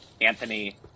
Anthony